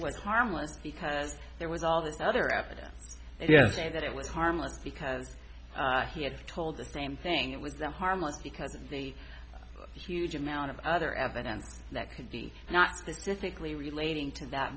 was harmless because there was all this other evidence yesterday that it was harmless because he had told the same thing it was a harmless because of the huge amount of other evidence that could be not specifically relating to that